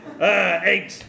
eight